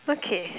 okay